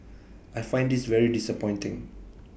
I find this very disappointing